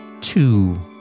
Two